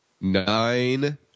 Nine